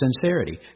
sincerity